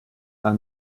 man